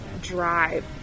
drive